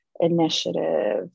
initiative